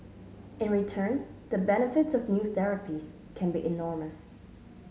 in return the benefits of new therapies can be enormous